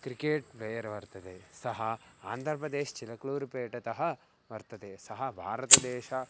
cricket player वर्तते सः आन्ध्रप्रदेशः चिळक्ळूरुपेटतः वर्तते सः भारतदेशः